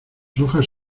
hojas